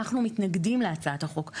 אנחנו מתנגדים להצעת החוק.